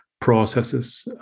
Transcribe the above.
processes